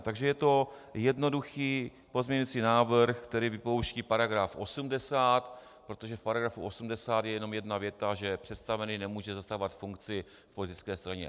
Takže je to jednoduchý pozměňovací návrh, který vypouští § 80, protože v § 80 je jenom jedna věta, že představený nemůže zastávat funkci v politické straně.